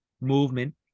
movement